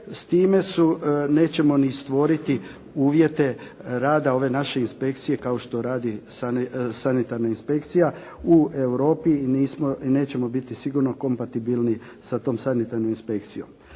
s time nećemo ni stvoriti uvjete rada ove naše inspekcije kao što radi sanitarna inspekcija. U Europi nećemo biti sigurno kompatibilni sa tom sanitarnom inspekcijom.